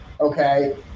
Okay